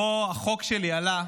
ובה החוק שלי עלה,